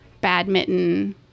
badminton